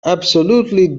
absolutely